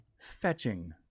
Fetching